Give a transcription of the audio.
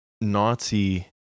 nazi